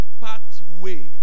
Pathway